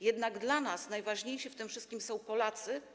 Jednak dla nas najważniejsi w tym wszystkim są Polacy.